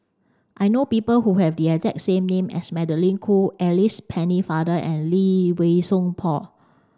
I know people who have the exact same name as Magdalene Khoo Alice Pennefather and Lee Wei Song Paul